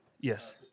Yes